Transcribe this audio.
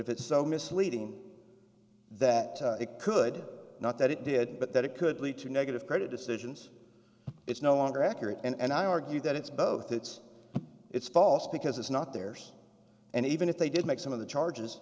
if it's so misleading that it could not that it did but that it could lead to negative credit decisions it's no longer accurate and i argue that it's both it's it's false because it's not theirs and even if they did make some of the charges